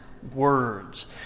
words